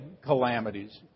calamities